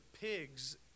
pigs